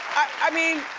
i mean,